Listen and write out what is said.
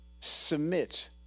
submit